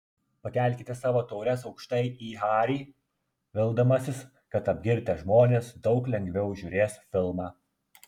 pakelkite savo taures aukštai į harį vildamasis kad apgirtę žmonės daug lengviau žiūrės filmą